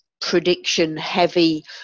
prediction-heavy